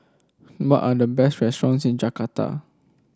are the best restaurants in Jakarta